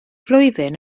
flwyddyn